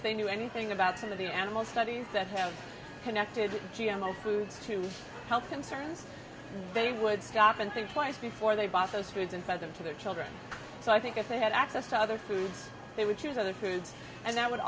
if they knew anything about some of the animal studies that have connected g m o foods to health concerns they would stop and think twice before they bought those foods and fed them to their children so i think if they had access to other foods they would choose other foods and that would